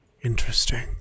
Interesting